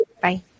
Bye